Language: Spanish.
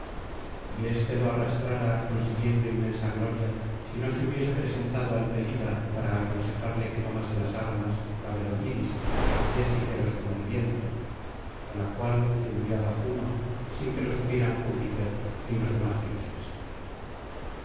y éste lo arrastrara consiguiendo inmensa gloria si no se hubiese presentado al pelida para aconsejarle que tomase las armas la veloz iris de pies ligeros como el viento á la cual enviaba juno sin que lo supieran júpiter ni los demás dioses